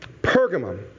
Pergamum